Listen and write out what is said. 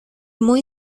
muy